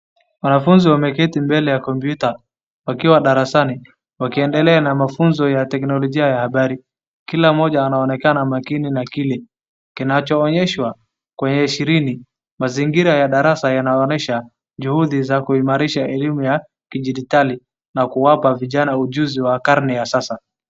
Wanafuzi wameketi mbele ya kompyuta wakiwa darasani wakiendelea na mafunzo ya teknolojia ya habari. Kila mmoja anaonekana makini na akili kinachoonyeshwa kwenye skrini. Mazingira ya darasa inaonyesha juhudi za kuimarisha elimu ya kidijitali na kuwapa vijani ujunzi wa karne ya sasa.